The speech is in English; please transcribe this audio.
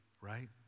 right